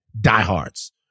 diehards